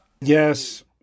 Yes